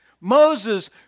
Moses